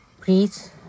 please